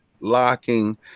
locking